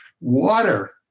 water